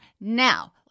Now